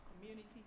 community